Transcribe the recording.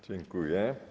Dziękuję.